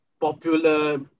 popular